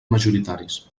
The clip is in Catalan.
majoritaris